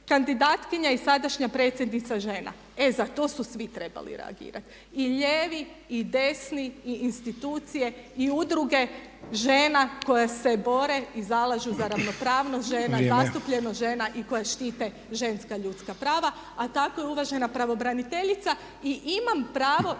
kandidatkinja i sadašnja predsjednica žena. E za to su svi trebali reagirati. I lijevi i desni i institucije i udruge žena koje se bore i zalažu za ravnopravnost žena, zastupljenost žena i koje štite ženska ljudska prava, a takva je uvažena pravobraniteljica. I imam pravo